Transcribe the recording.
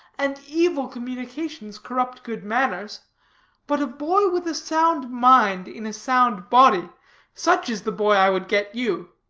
and evil communications corrupt good manners but a boy with a sound mind in a sound body such is the boy i would get you.